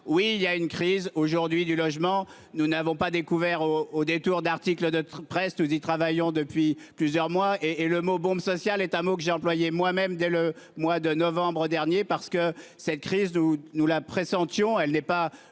Oui il y a une crise aujourd'hui du logement. Nous n'avons pas découvert au, au détour d'articles d'être. Nous y travaillons depuis plusieurs mois et, et le mot bombe sociale est un mot que j'ai employé moi-même dès le mois de novembre dernier. Parce que cette crise d'où nous la pressentions elle n'est pas